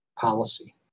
policy